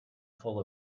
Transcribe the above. full